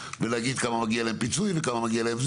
ולהגיד כמה פיצוי מגיע להם וכמה זה,